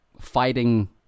fighting